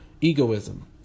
egoism